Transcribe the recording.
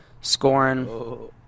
scoring